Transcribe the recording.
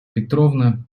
петровна